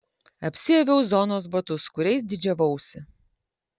apsiaviau zonos batus kuriais didžiavausi